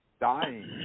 dying